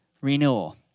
renewal